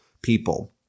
people